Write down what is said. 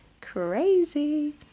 crazy